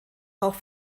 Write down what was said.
auch